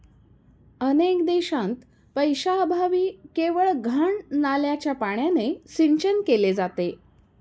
अनेक देशांत पैशाअभावी केवळ घाण नाल्याच्या पाण्याने सिंचन केले जाते